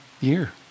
year